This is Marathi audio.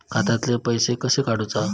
खात्यातले पैसे कशे काडूचा?